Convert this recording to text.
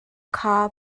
kha